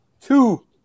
two